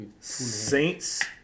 Saints